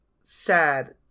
sad